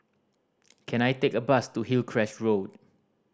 can I take a bus to Hillcrest Road